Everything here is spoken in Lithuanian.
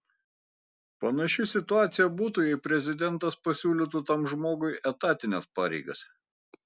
panaši situacija būtų jei prezidentas pasiūlytų tam žmogui etatines pareigas